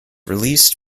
released